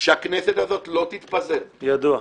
שהכנסת הזאת לא תתפזר -- ידוע.